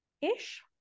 ish